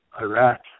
Iraq